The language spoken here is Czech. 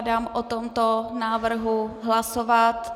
Dám o tomto návrhu hlasovat.